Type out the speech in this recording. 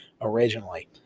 originally